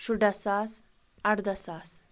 شُراہ ساس اَردہ ساس